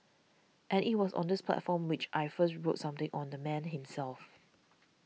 and it was on this platform which I first wrote something on the man himself